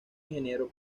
ingeniero